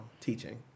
Teaching